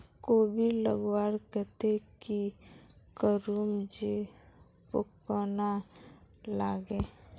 कोबी लगवार केते की करूम जे पूका ना लागे?